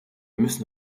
müssen